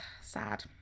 Sad